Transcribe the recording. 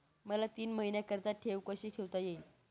मला तीन महिन्याकरिता ठेव कशी ठेवता येईल?